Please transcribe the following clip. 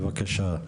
בבקשה, גבירתי.